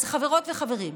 אז חברות וחברים,